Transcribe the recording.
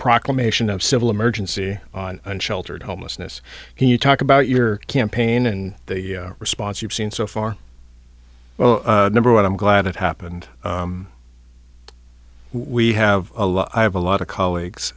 proclamation of civil emergency unsheltered homelessness can you talk about your campaign and the response you've seen so far well number one i'm glad it happened we have a lot i have a lot of colleagues